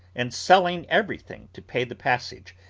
and selling everything to pay the passage,